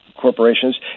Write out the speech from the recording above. corporations